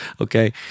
Okay